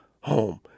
home